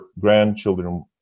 grandchildren